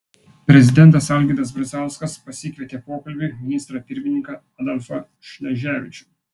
prezidentas algirdas brazauskas pasikvietė pokalbiui ministrą pirmininką adolfą šleževičių